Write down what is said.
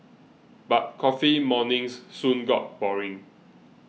but coffee mornings soon got boring